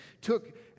took